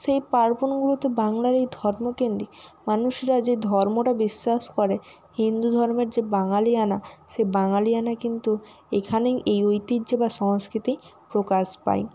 সেই পার্বণগুলোতে বাংলার এই ধর্ম কেন্দ্রিক মানুষরা যে ধর্মটা বিশ্বাস করে হিন্দু ধর্মের যে বাঙালিয়ানা সেই বাঙালিয়ানা কিন্তু এখানেই এই ঐতিহ্য বা সংস্কৃতেই প্রকাশ পায়